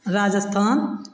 Rajasthan